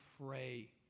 pray